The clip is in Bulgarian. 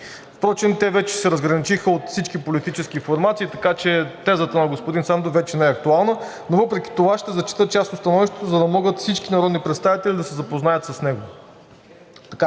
Впрочем те вече се разграничиха от всички политически формации, така че тезата на господин Сандов вече не е актуална, но въпреки това ще зачета част от становището, за да могат всички народни представители да се запознаят с него. „Такава